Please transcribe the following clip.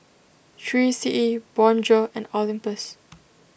three C E Bonjour and Olympus